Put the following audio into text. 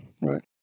right